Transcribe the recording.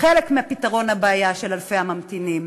חלק מהפתרון לבעיה של אלפי הממתינים.